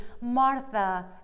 Martha